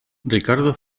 ricardo